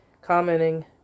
commenting